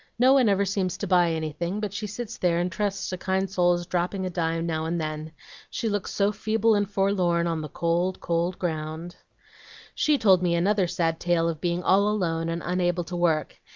no one ever seems to buy anything, but she sits there and trusts to kind souls dropping a dime now and then she looks so feeble and forlorn, on the cold, cold ground she told me another sad tale of being all alone and unable to work,